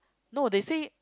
no they say